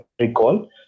recall